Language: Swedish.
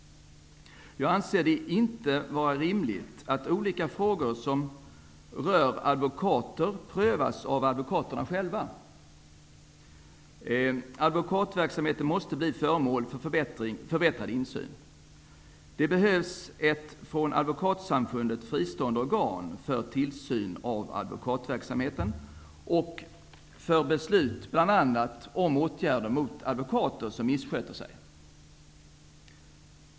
Jag anser det inte vara rimligt att olika frågor som rör advokater prövas av advokaterna själva. Advokatverksamheten måste bli föremål för en förbättrad insyn. Det behövs ett från Advokatsamfundet fristående organ för tillsyn av advokatverksamheten och för beslut om bl.a. åtgärder mot advokater som missköter sig.